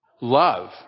Love